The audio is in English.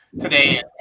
Today